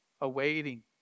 awaiting